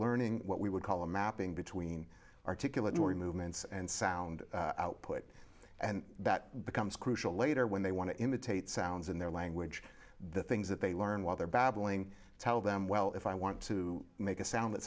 learning what we would call a mapping between articulatory movements and sound output and that becomes crucial later when they want to imitate sounds in their language the thing is that they learn while they're babbling tell them well if i want to make a sound